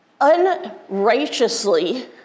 unrighteously